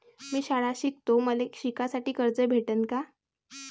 मी शाळा शिकतो, मले शिकासाठी कर्ज भेटन का?